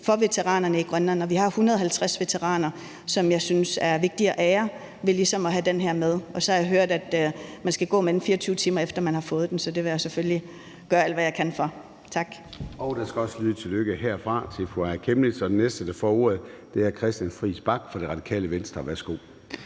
for veteranerne i Grønland. Vi har 150 veteraner, som jeg synes det er vigtigt at ære ved ligesom at have den her med. Og så har jeg hørt, at man skal gå med den i 24 timer, efter man har fået den, så det vil jeg selvfølgelig gøre alt, hvad jeg kan for at